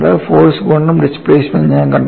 force ഗുണം displacement ഞാൻ കണ്ടെത്തണം